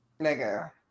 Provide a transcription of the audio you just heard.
Nigga